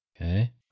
Okay